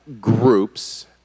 groups